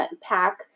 pack